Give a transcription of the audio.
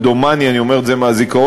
אני אומר את זה מהזיכרון,